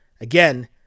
again